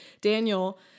Daniel